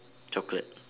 chocolate